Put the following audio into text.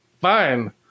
Fine